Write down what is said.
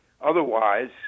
Otherwise